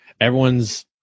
everyone's